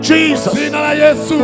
Jesus